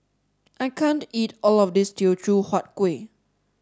I can't eat all of this Teochew Huat Kuih